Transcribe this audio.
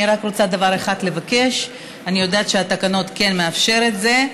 אני רק רוצה לבקש דבר אחד: אני יודעת שהתקנון כן מאפשר את זה,